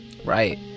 Right